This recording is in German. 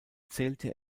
zählte